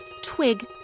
twig